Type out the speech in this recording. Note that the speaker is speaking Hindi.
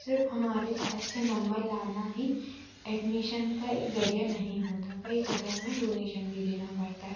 सिर्फ हमारे अच्छे नम्बर लाना ही एडमिशन का एक जरिया नहीं होता कई जगह में डोनेशन भी देना पड़ता है